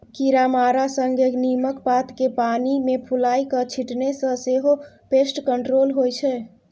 कीरामारा संगे नीमक पात केँ पानि मे फुलाए कए छीटने सँ सेहो पेस्ट कंट्रोल होइ छै